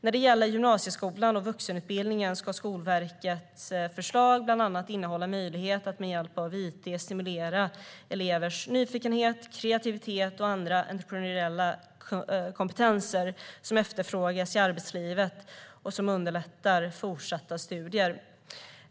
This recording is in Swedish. När det gäller gymnasieskolan och vuxenutbildningen ska Skolverkets förslag bland annat innehålla möjlighet att med hjälp av it stimulera elevernas nyfikenhet, kreativitet och andra entreprenöriella kompetenser som efterfrågas i arbetslivet och som underlättar fortsatta studier.